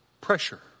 pressure